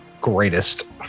greatest